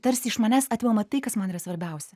tarsi iš manęs atimama tai kas man yra svarbiausia